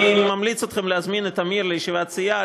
אני ממליץ לכם להזמין את עמיר לישיבת סיעה